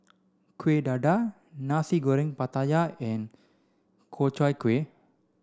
Kuih Dadar Nasi Goreng Pattaya and Ku Chai Kueh